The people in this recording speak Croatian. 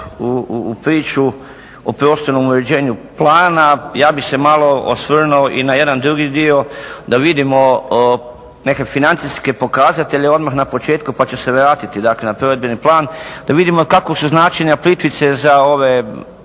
u priču o prostornom uređenju plana. Ja bih se malo osvrnuo i na jedan drugi dio da vidimo neke financijske pokazatelje odmah na početku pa ću se vratiti, dakle na provedbeni plan da vidimo kakvog su značenja Plitvice za ove